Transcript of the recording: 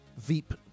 Veep